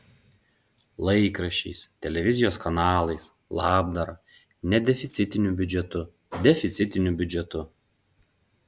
laikraščiais televizijos kanalais labdara nedeficitiniu biudžetu deficitiniu biudžetu